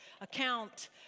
account